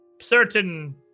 certain